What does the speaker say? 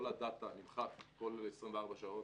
כל הדאטה נמחק כל 24 שעות.